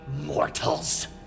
mortals